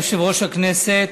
אדוני יושב-ראש הכנסת,